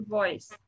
voice